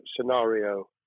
scenario